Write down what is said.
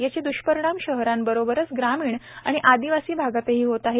याचे द्वष्परिणाम शहराबरोबरच ग्रामीण आणि आदिवासी भागातही होत आहेत